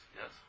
yes